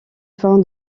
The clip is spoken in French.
fin